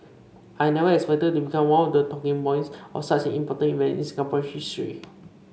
I never expected to become one of the talking points of such an important event in Singapore's history